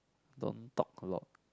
don't talk a lot